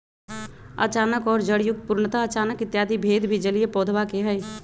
अचानक और जड़युक्त, पूर्णतः अचानक इत्यादि भेद भी जलीय पौधवा के हई